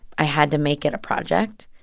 i had to make it a project.